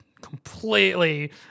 completely